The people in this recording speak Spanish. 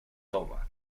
toma